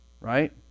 right